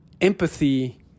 empathy